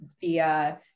via